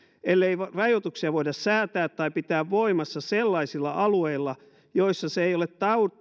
ettei rajoituksia voida säätää tai pitää voimassa sellaisilla alueilla joissa se ei ole